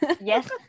Yes